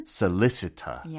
solicitor